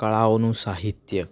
કળાઓનું સાહિત્ય